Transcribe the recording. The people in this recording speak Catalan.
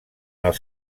els